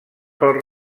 pel